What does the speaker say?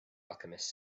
alchemist